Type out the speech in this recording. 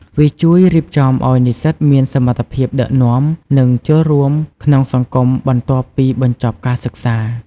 វាជួយរៀបចំឲ្យនិស្សិតមានសមត្ថភាពដឹកនាំ និងចូលរួមក្នុងសង្គមបន្ទាប់ពីបញ្ចប់ការសិក្សា។